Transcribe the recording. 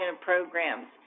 programs